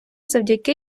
завдяки